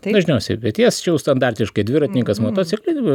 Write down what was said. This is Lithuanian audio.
dažniausiai peties jau standartiškai dviratininkas motociklininkas